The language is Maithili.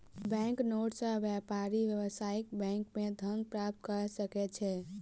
बैंक नोट सॅ व्यापारी व्यावसायिक बैंक मे धन प्राप्त कय सकै छै